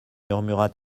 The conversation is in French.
murmura